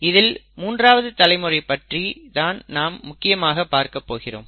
இதில் மூன்றாவது தலைமுறை பற்றி தான் நாம் முக்கியமாக பார்க்கப் போகிறோம்